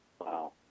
Wow